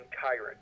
tyrant